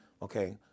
Okay